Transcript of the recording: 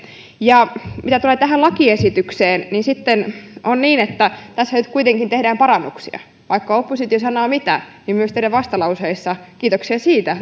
mitä tulee tähän lakiesitykseen niin sitten on niin että tässä nyt kuitenkin tehdään parannuksia vaikka oppositio sanoo mitä niin myös teidän vastalauseissanne kiitoksia siitä